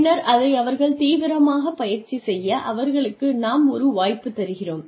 பின்னர் அதை அவர்கள் தீவிரமாக பயிற்சி செய்ய அவர்களுக்கு நாம் ஒரு வாய்ப்பு தருகிறோம்